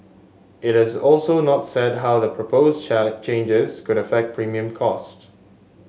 it has also not said how the proposed changes could affect premium costs